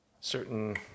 certain